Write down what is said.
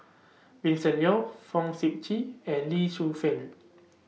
Vincent Leow Fong Sip Chee and Lee Shu Fen